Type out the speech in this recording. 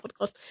podcast